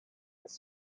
his